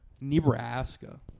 Nebraska